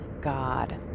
god